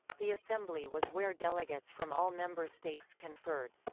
the assembly was where delegates from all member states conferred.